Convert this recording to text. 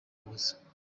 ukuboza